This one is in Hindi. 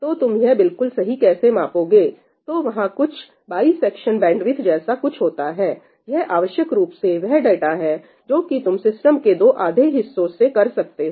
तो तुम यह बिल्कुल सही कैसे मांपोगे तो वहां कुछ बाईसेक्शन बैंडविथ जैसा कुछ होता है यह आवश्यक रूप से वह डाटा है जो कि तुम सिस्टम के दो आधे हिस्सों से पास कर सकते हो